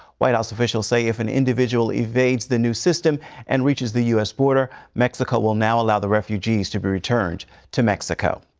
white house officials say if an individual evades the new system and which is the us border, mexico will now allow the refugees to be returned to mexico.